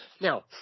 Now